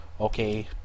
okay